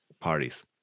parties